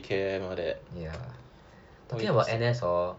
ya talking about N_S hor